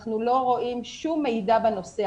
אנחנו לא רואים שום מידע בנושא.